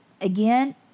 Again